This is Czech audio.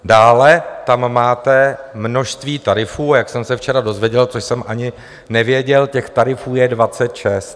Dále tam máte množství tarifů, a jak jsem se včera dozvěděl, což jsem ani nevěděl, těch tarifů je 26.